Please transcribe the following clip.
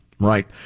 Right